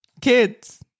Kids